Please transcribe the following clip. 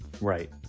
Right